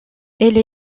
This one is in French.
elle